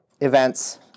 events